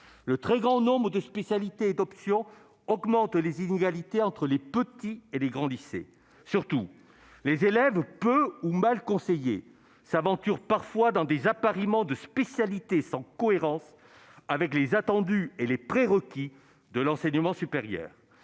Le très grand nombre de spécialités et d'options augmente les inégalités entre les petits et les grands lycées. Surtout, les élèves peu ou mal conseillés s'aventurent parfois dans des appariements de spécialités sans cohérence avec les attendus et les prérequis de l'enseignement supérieur.